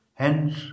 Hence